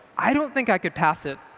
i don't think i could pass it.